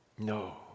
no